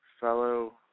Fellow